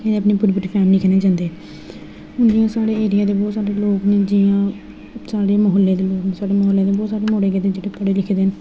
केईं ते अपनी पूरी पूरी फैमली कन्नै जन्दे हून जि'यां साढ़े एरिया दे बहोत सारे लोग न जि'यां साढ़े मोहल्ले दे लोग साढ़े मोहल्ले दे बी बहोत सारे मुड़े गेदे न जेह्ड़े पढ़े लिखे दे